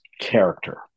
character